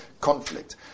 conflict